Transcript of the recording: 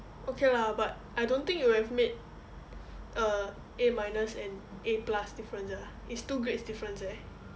okay lah but I don't think you would have made a A minus and A plus difference ah it's two grades difference eh